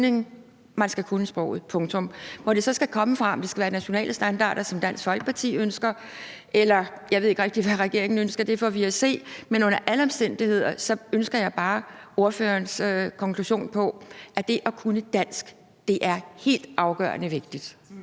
man skal kunne sproget – punktum. Hvor det så skal komme fra, og om det skal være nationale standarder, som Dansk Folkeparti ønsker, eller noget andet, og jeg ved ikke rigtig, hvad regeringen ønsker, får vi at se. Men under alle omstændigheder ønsker jeg bare at høre ordførerens konklusion på, at det at kunne dansk er helt afgørende og vigtigt.